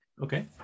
okay